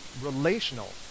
relational